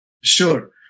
sure